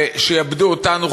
ושעבדו אותנו,